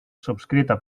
subscrita